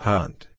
Hunt